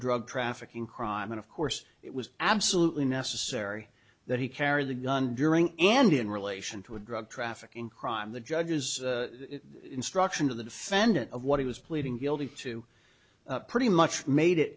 drug trafficking crime and of course it was absolutely necessary that he carried the gun during and in relation to a drug trafficking crime the judge's instructions of the defendant of what he was pleading guilty to pretty much made it